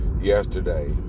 yesterday